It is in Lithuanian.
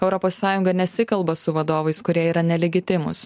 europos sąjunga nesikalba su vadovais kurie yra nelegitimūs